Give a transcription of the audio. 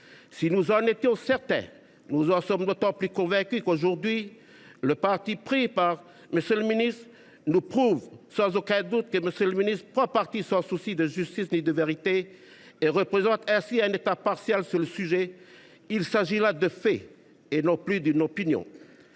Nous en étions certains, mais nous en sommes d’autant plus convaincus aujourd’hui que le parti pris de M. Darmanin nous le prouve, sans aucun doute : M. le ministre prend position sans souci de justice ni de vérité et représente ainsi un État partial sur le sujet. Il s’agit là d’un fait et non plus d’une opinion.